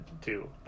two